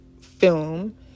film